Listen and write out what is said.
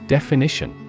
Definition